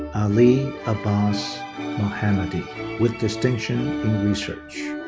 ali abbas mohamedi with distinction in research.